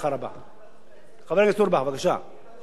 חבר הכנסת אורבך, בבקשה.